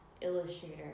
illustrator